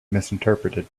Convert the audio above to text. misinterpreted